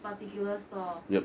particular store